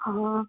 ହଁ